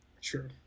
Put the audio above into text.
Sure